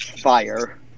fire